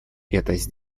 сделать